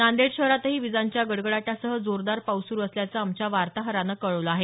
नांदेड शहरातही विजांच्या गडगडाटासह जोरदार पाऊस सुरु असल्याचं आमच्या वार्ताहरानं कळवलं आहे